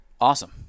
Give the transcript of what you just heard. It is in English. Awesome